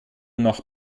nach